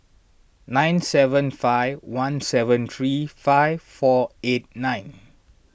nine seven five one seven three five four eight nine